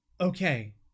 Okay